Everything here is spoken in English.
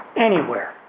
anywhere